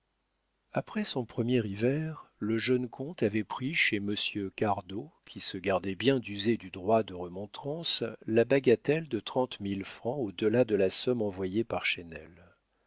après son premier hiver le jeune comte avait pris chez monsieur cardot qui se gardait bien d'user du droit de remontrance la bagatelle de trente mille francs au delà de la somme envoyée par